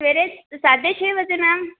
ਸਵੇਰੇ ਸਾਢੇ ਛੇ ਵਜੇ ਮੈਮ